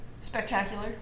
spectacular